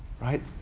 Right